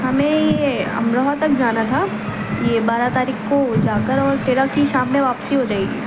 ہمیں یہ امروہہ تک جانا تھا یہ بارہ تاریخ کو جا کر اور تیرہ کی شام میں واپسی ہو جائے گی